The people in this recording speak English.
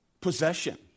Possession